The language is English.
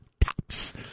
tops